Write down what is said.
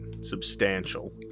substantial